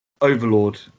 overlord